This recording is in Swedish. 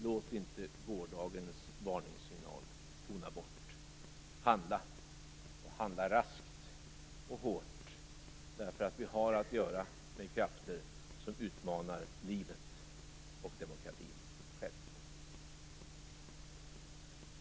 Låt inte gårdagens varningssignaler tona bort. Handla och handla raskt och hårt därför att vi har att göra med krafter som utmanar livet självt och demokratin.